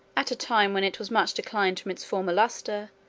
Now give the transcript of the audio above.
at a time when it was much declined from its former lustre,